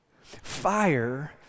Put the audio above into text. Fire